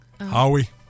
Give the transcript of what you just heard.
howie